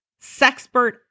Sexpert